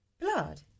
blood